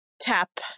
tap